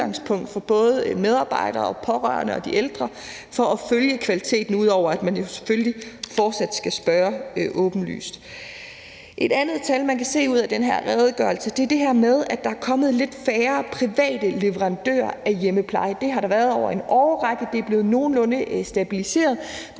for både medarbejdere, pårørende og de ældre i forhold til at følge kvaliteten – ud over at man selvfølgelig fortsat skal spørge åbenlyst. Et andet tal, man kan se ud af den her redegørelse, er det her med, at der er kommet lidt færre private leverandører af hjemmepleje. Det har der været over en årrække. Det er blevet nogenlunde stabiliseret.